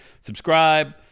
subscribe